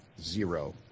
zero